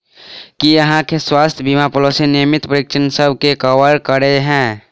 की अहाँ केँ स्वास्थ्य बीमा पॉलिसी नियमित परीक्षणसभ केँ कवर करे है?